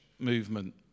movement